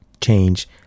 change